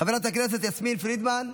חברת הכנסת יסמין פרידמן,